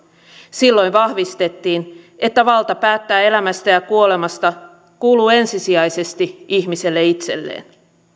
silloin vahvistettiin että valta päättää elämästä ja kuolemasta kuuluu ensisijaisesti ihmiselle itselleen